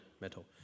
metal